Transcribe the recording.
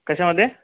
कशामध्ये